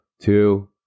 Two